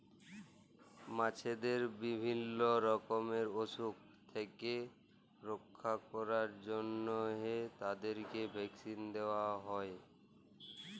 মাছদের বিভিল্য রকমের অসুখ থেক্যে রক্ষা ক্যরার জন্হে তাদের ভ্যাকসিল দেয়া হ্যয়ে